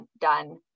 done